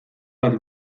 bat